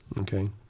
Okay